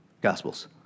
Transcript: gospels